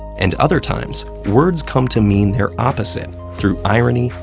and other times, words come to mean their opposite through irony,